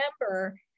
remember